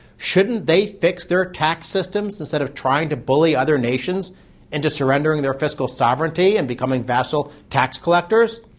shouldn't they fix their tax systems instead of trying to bully other nations into surrendering their fiscal sovereignty and becoming vassal tax collectors?